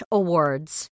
awards